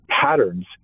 patterns